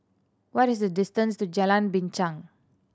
what is the distance to Jalan Binchang